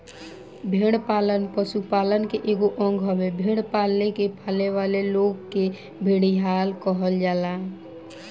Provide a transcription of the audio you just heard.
भेड़ पालन पशुपालन के एगो अंग हवे, भेड़ के पालेवाला लोग के भेड़िहार कहल जाला